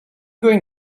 going